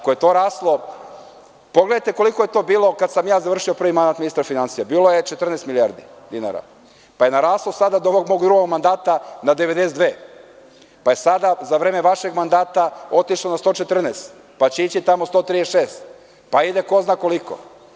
Pogledajte koliko je to bilo kada sam ja završio prvi mandat ministar finansija, bilo je 14 milijardi dinara, pa je naraslo sada do ovog mog drugog mandata na 92, pa je sada za vreme vašeg mandata otišlo na 114, pa će ići tamo 136, pa ide ko zna koliko.